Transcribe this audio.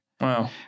Wow